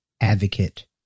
advocate